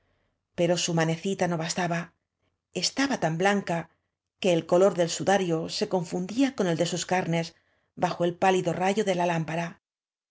pero su manecita no bastaba es taba tan blanca que el color del sudarlo se con fundía con el de sus carnes bo ol pálido rayo de la lámpara